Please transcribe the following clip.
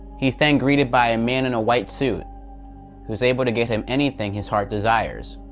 he's then greeted by a man in a white suit who's able to get him anything his heart desires.